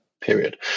period